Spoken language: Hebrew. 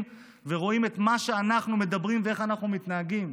ורואים את מה שאנחנו אומרים ואיך אנחנו מתנהגים.